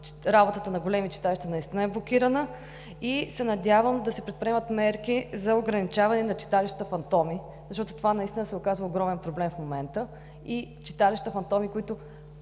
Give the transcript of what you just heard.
работата на големите читалища наистина е блокирана и се надявам да се предприемат мерки за ограничаване на читалища-фантоми, защото това наистина се оказва огромен проблем в момента и читалища-фантоми, които